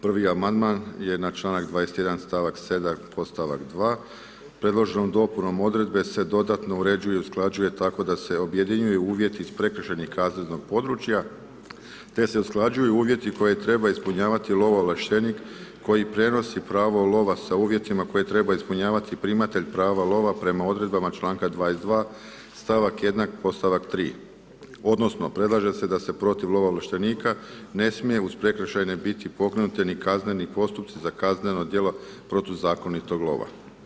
Prvi amandman je na članak 21. stavak 7. podstavak 2., predloženom dopune odredbe se dodatno uređuje i usklađuje tako da se objedinjuju uvjeti iz prekršajnih i kaznenih područja te se usklađuju uvjeti koje treba ispunjavati lovoovlaštenik koji prijenosi pravo lova sa uvjetima koje treba ispunjavati primatelj prava lova prema odredbama članka 22. stavak 1. podstavak 3. odnosno predlaže se da se protiv lovoovlaštenika ne smije uz prekršajne biti pokrenuti ni kazneni postupci za kaznena djela protuzakonitog lova.